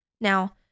Now